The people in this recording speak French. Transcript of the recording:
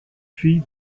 fille